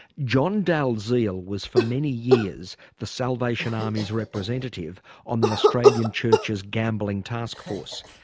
john dalziel was for many years the salvation army's representative on the australian churches gambling task force.